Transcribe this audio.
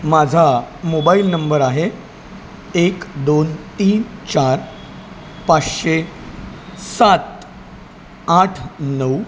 माझा mobile number आहे एक दोन तीन चार पाचशे सात आठ नऊ